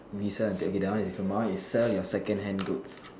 recent okay that one is different my one is sell your secondhand goods